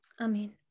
Amen